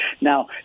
Now